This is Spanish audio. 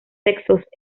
sexos